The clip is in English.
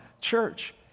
church